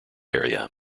area